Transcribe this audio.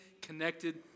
connected